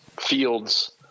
fields